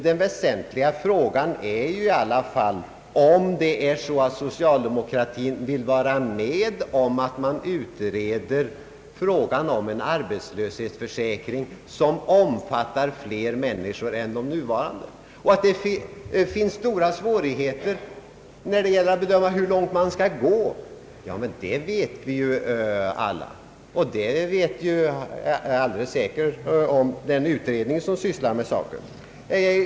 Den väsentliga frågan är ju i alla fall, om socialdemokratin vill vara med om att man utreder frågan om en arbetslöshetsförsäkring som omfattar fler människor än de nuvarande. Att det föreligger stora svårigheter när det gäller att bedöma hur långt man skall gå vet vi alla, och det vet alldeles säkert den utredning som sysslar med saken.